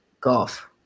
Golf